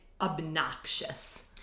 obnoxious